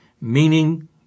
meaning